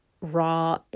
raw